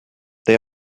they